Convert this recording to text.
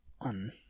on